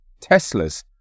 Teslas